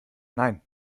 nein